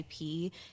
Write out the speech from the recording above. IP